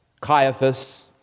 Caiaphas